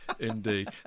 indeed